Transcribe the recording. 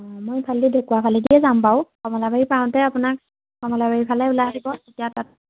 অঁ মই এইফালেদি ঢুকুৱাৰ ফালেদিয়ে যাম বাৰু কমলাবাৰী পাওঁতে আপোনাক কমলাবাৰীৰ ফালে ওলাই আহিব তেতিয়া তাত